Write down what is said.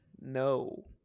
No